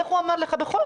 איך הוא אמר לך,